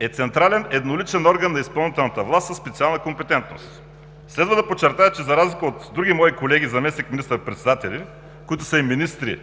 е централен едноличен орган на изпълнителната власт със специална компетентност. Следва да подчертая, че за разлика от други мои колеги заместник министър-председатели, които са и министри,